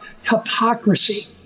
hypocrisy